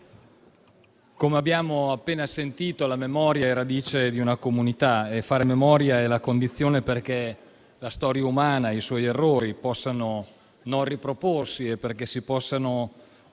come abbiamo appena sentito, la memoria è radice di una comunità e fare memoria è la condizione perché la storia umana e i suoi errori non si ripropongano e perché si possano